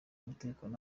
umutekano